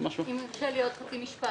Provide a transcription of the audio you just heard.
אם יורשה לי להוסיף עוד חצי משפט.